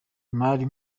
imari